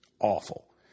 awful